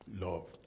Love